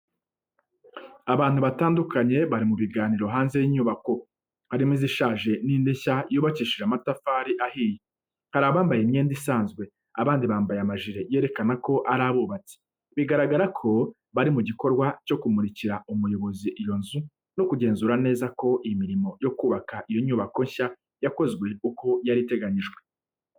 Abantu batandukanye bari mu biganiro hanze y’inyubako harimo izishaje n'indi nshya yubakishije amatafari ahiye. Hari abambaye imyenda isanzwe, abandi bambaye amajire yerekana ko ari abubatsi. Bigaragara ko bari mu gikorwa cyo kumurikira ubuyobozi iyo nzu no kugenzura neza ko imirimo yo kubaka iyo nyubako nshya yakozwe uko yari iteganyijwe.